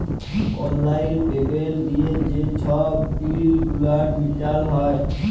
অললাইল পেমেল্ট দিঁয়ে যে ছব বিল গুলান মিটাল হ্যয়